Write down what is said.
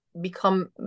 become